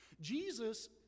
Jesus